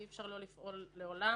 כי אי-אפשר לא לפעול לעולם,